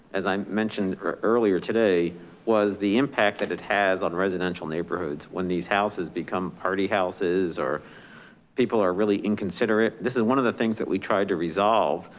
as i mentioned earlier today was the impact that it has on residential neighborhoods. when these houses become party houses, or people are really inconsiderate. this is one of the things that we tried to resolve.